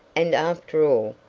and, after all,